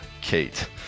Kate